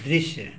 दृश्य